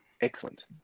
excellent